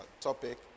topic